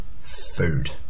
Food